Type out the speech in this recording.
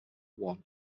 one